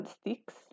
sticks